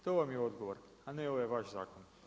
To vam je odgovor a ne ovaj vaš zakon.